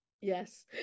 Yes